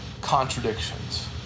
contradictions